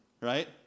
right